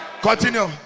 continue